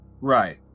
Right